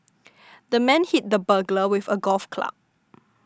the man hit the burglar with a golf club